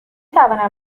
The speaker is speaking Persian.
توانم